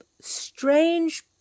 strange